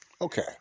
okay